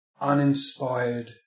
uninspired